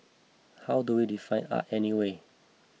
how do we define art anyway